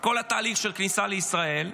כל התהליך של הכניסה לישראל,